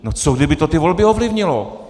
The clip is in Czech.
No co kdyby to ty volby ovlivnilo?